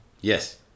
yes